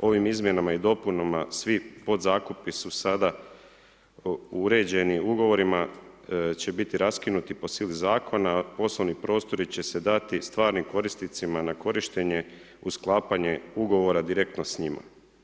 ovim izmjenama i dopunama svi podzakupi su sada uređeni ugovorima će biti raskinuti po sili zakona, poslovni prostori će se dati stvarnim korisnicima na korištenje uz sklapanje ugovora direktno s njima.